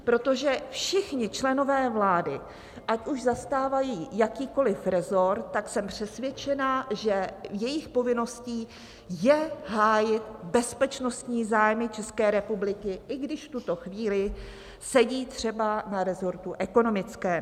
Protože všichni členové vlády, ať už zastávají jakýkoliv resort, tak jsem přesvědčená, že jejich povinností je hájit bezpečnostní zájmy České republiky, i když v tuto chvíli sedí třeba na resortu ekonomickém.